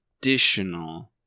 additional